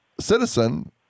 citizen—